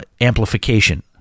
amplification